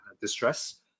distress